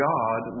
God